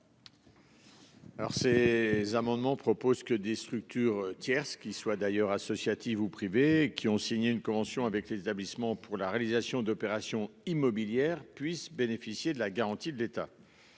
Alors ces amendements proposent que des structures tierce qui soit d'ailleurs associatives ou privées qui ont signé une convention avec les établissements pour la réalisation d'opérations immobilières puissent bénéficier de la garantie de l'État.